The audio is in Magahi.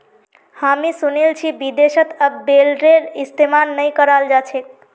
हामी सुनील छि विदेशत अब बेलरेर इस्तमाल नइ कराल जा छेक